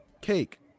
Cake